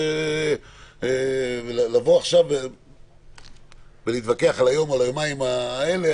לבוא עכשיו ולהתווכח על היומיים האלה,